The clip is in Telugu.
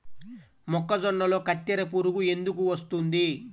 మొక్కజొన్నలో కత్తెర పురుగు ఎందుకు వస్తుంది?